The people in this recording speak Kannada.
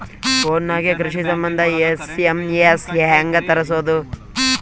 ಫೊನ್ ನಾಗೆ ಕೃಷಿ ಸಂಬಂಧ ಎಸ್.ಎಮ್.ಎಸ್ ಹೆಂಗ ತರಸೊದ?